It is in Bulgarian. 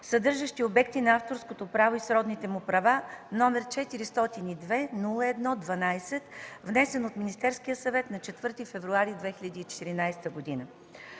съдържащи обекти на авторското право и сродните му права, № 402-01-12, внесен от Министерския съвет на 4 февруари 2014 г.